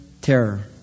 terror